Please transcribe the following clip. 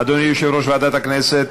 אדוני יושב-ראש ועדת הכנסת.